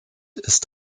ist